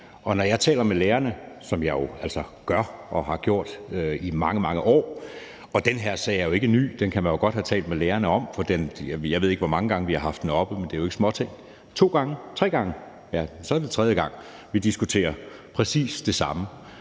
og jeg taler med lærerne. Det gør jeg, og det har jeg gjort i mange, mange år. Den her sag er jo ikke ny, og den kan man jo godt have talt med lærerne om. Jeg ved ikke, hvor mange gange vi haft den oppe, men det er jo ikke småting. Er det to gange, tre gange? Ja, så er det tredje gang, vi diskuterer præcis det samme,